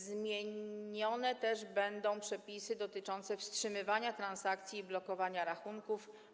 Zmienione też będą przepisy dotyczące wstrzymywania transakcji i blokowania rachunków.